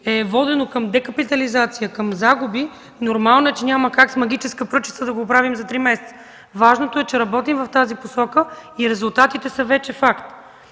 е водено към декапитализация и загуби няма как с магическа пръчка да го оправим за три месеца. Важното е, че работим в тази посока и резултатите вече са факт.